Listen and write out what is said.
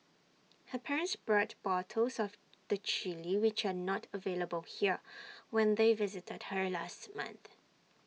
her parents brought bottles of the Chilli which are not available here when they visited her last month